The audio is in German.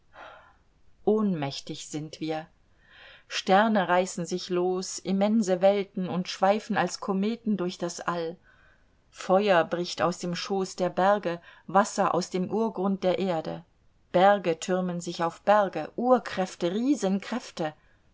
ohnmächtig sind wir sterne reißen sich los immense welten und schweifen als kometen durch das all feuer bricht aus dem schoß der berge wasser aus dem urgrund der erde berge türmen sich auf berge urkräfte